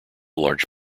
large